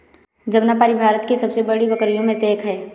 जमनापारी भारत की सबसे बड़ी बकरियों में से एक है